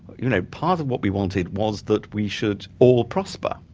you know, part of what we wanted was that we should all prosper,